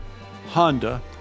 Honda